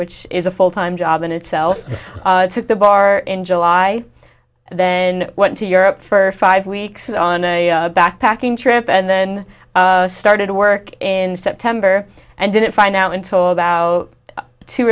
which is a full time job in itself took the bar in july then what to europe for five weeks on a backpacking trip and then i started work in september and didn't find out until about two